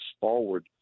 forward